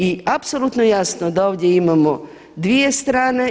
I apsolutno je jasno da ovdje imam dvije strane.